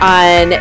on